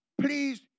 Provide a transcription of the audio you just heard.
please